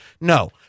No